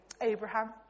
Abraham